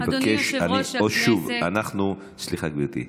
סליחה, גברתי,